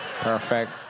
Perfect